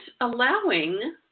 allowing